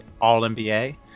All-NBA